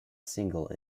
single